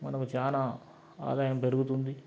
మనకు చాలా ఆదాయం పెరుగుతుంది